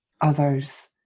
others